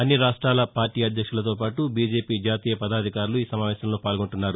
అన్ని రాష్టాల పార్టీ అధ్యక్షులతో పాటు బీజేపీ జాతీయ పదాధికారులు ఈ సమావేశంలో పాల్గొంటున్నారు